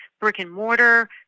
brick-and-mortar